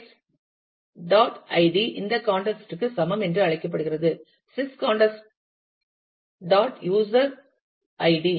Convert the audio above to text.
text dot ID இந்த context ற்கு சமம் என்று அழைக்கப்படுகிறது sys context dot dot user ID